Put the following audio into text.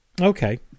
okay